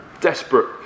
desperate